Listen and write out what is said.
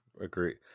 agree